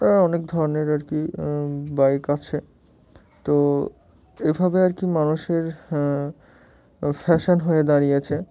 প্র অনেক ধরনের আর কি বাইক আছে তো এভাবে আর কি মানুষের ফ্যাশান হয়ে দাঁড়িয়েছে